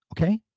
Okay